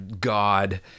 God